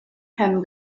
pen